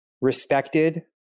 respected